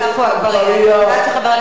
אני יודעת שחבר הכנסת מסעוד גנאים,